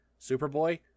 Superboy